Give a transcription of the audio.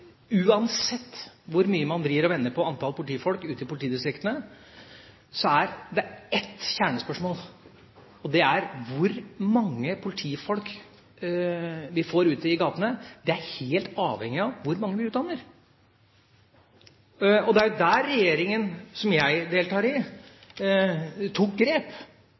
det ett kjernespørsmål, og det er: Hvor mange politifolk vi får ute i gatene, er helt avhengig av hvor mange vi utdanner. Og det er jo der regjeringa som jeg deltar i, tok grep